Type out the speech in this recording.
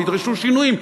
וידרשו שינויים,